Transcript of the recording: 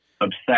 obsessed